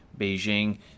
beijing